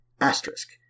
Asterisk